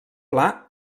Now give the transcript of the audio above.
pla